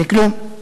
לכלום.